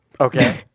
Okay